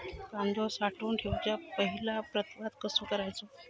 कांदो साठवून ठेवुच्या पहिला प्रतवार कसो करायचा?